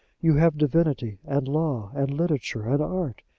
you have divinity, and law, and literature, and art.